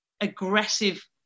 aggressive